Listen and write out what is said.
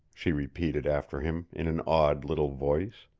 she repeated after him in an awed little voice.